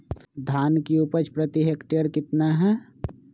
धान की उपज प्रति हेक्टेयर कितना है?